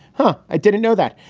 huh. i didn't know that.